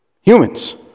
humans